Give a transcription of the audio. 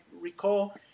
recall